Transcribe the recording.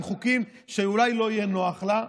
עם חוקים שאולי לא יהיו נוחים לה.